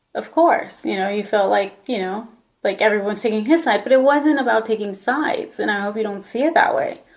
of course you know you felt like you know like everybody's taking his side. but it wasn't about taking sides, and i hope you don't see it that way.